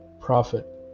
profit